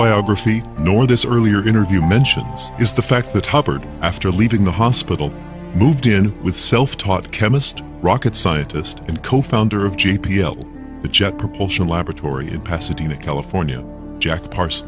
biography nor this earlier interview mentions is the fact that hubbard after leaving the hospital moved in with self taught chemist rocket scientist and co founder of j p l the jet propulsion laboratory in pasadena california jack pa